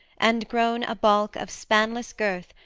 and grown a bulk of spanless girth,